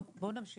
טוב, בואו נמשיך.